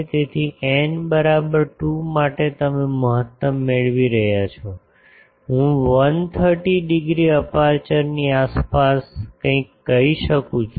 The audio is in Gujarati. તેથી n બરાબર 2 માટે તમે મહત્તમ મેળવી રહ્યાં છો હું 130 ડિગ્રી અપેર્ચરની આસપાસ કંઈક કહી શકું છું